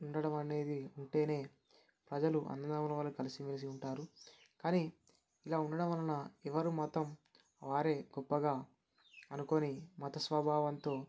ఉండటం అనేది ఉంటేనే ప్రజలు అన్నదమ్ముల వలె కలిసిమెలిసి ఉంటారు కాని ఇలా ఉండడం వలన ఎవరు మతం వారే గొప్పగా అనుకొని మత స్వభావంతో